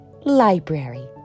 library